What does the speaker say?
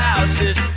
Houses